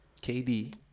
KD